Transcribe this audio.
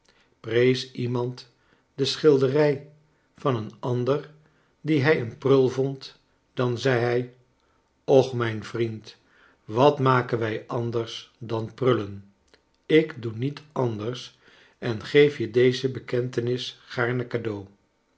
prees iemand de schilderrj van een ander die hij een prul vond dan zei hij och mijn vriend wat maken wij anders dan prullen ik doe niet anders en geef je deze bekentenis gaarne cadeau